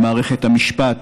במערכת המשפט,